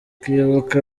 kwibuka